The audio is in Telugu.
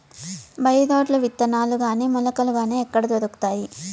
బై రోడ్లు విత్తనాలు గాని మొలకలు గాని ఎక్కడ దొరుకుతాయి?